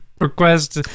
Request